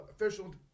official –